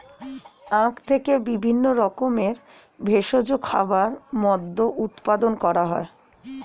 আখ থেকে বিভিন্ন রকমের ভেষজ খাবার, মদ্য উৎপাদন করা হয়